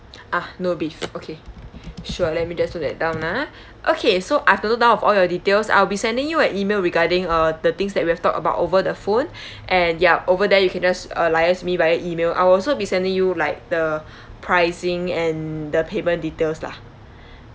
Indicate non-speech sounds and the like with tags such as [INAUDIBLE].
ah no beef okay sure let me just note that down ah okay so I've noted down of all your details I'll be sending you an email regarding uh the things that we've talked about over the phone [BREATH] and ya over there you can just uh liaise me via email I will also be sending you like the pricing and the payment details lah